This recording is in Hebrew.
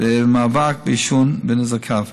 במאבק בעישון ונזקיו.